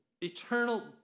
Eternal